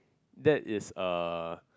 that is a